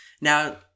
Now